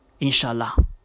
Inshallah